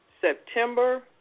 September